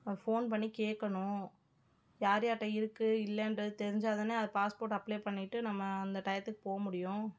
அங்கே ஃபோன் பண்ணி கேட்கணும் யார் யார்கிட்ட இருக்குது இல்லைன்றது தெரிஞ்சால்தான அது பாஸ்போர்ட் அப்ளை பண்ணிட்டு நம்ம அந்த டையத்துக்கு போக முடியும்